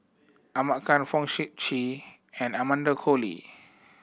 Ahmad Khan Fong Sip Chee and Amanda Koe Lee